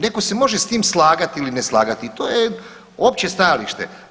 Netko se može s tim slagati ili ne slagati i to je opće stajalište.